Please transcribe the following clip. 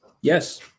Yes